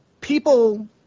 people